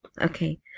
Okay